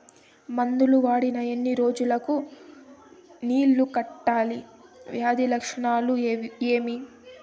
మందులు వాడిన ఎన్ని రోజులు కు నీళ్ళు కట్టాలి, వ్యాధి లక్షణాలు ఏమి?